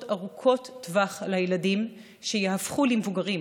ארוכות טווח על הילדים שיהפכו למבוגרים.